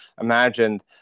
imagined